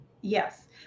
Yes